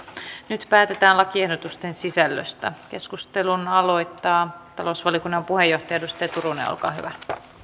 nyt päätetään lakiehdotusten sisällöstä keskustelun aloittaa talousvaliokunnan puheenjohtaja edustaja turunen olkaa hyvä